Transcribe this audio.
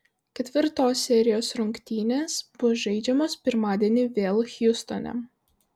ketvirtos serijos rungtynės bus žaidžiamos pirmadienį vėl hjustone